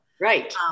Right